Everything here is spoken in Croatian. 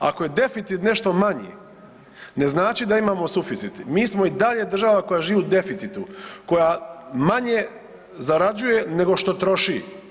Ako je deficit nešto manji ne znači da imamo suficit, mi smo i dalje država koja živi u deficitu, koja manje zarađuje nego što troši.